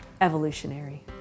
evolutionary